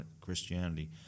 Christianity